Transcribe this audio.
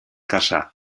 kasa